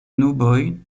nuboj